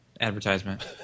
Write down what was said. advertisement